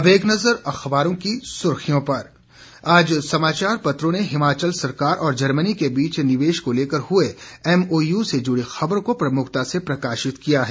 अब एक नज़र अखबारों की सुर्खियों पर आज समाचार पत्रों ने हिमाचल सरकार और जर्मनी के बीच निवेश को लेकर हुए एमओयू से जुड़ी खबर को प्रमुखता से प्रकाशित किया है